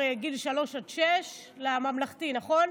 גילי שלוש עד שש לממלכתי, אפילו לא כיתות, נכון?